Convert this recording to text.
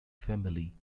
family